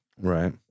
Right